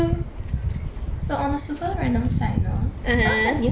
so on a super random side note I found a new cute guy